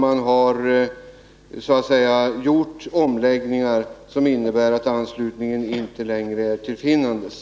Man har gjort omläggningar som innebär att anslutningen inte längre är till finnandes.